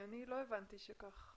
אני לא הבנתי שזה כך.